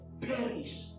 perish